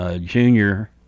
junior